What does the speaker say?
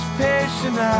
patient